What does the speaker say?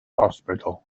hospital